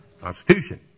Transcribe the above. constitution